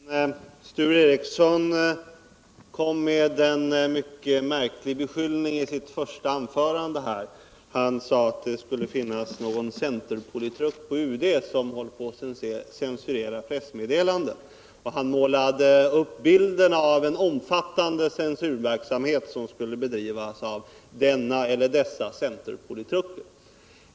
Herr talman! Sture Ericson kom med en mycket märklig beskyllning i sitt första anförande. Han sade att det skulle finnas någon centerpolitruk på UD som censurerade pressmeddelanden, och han målade upp bilden av en omfattande censurverksamhet som skulle bedrivas av denne eller dessa centerpolitruker.